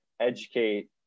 educate